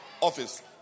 office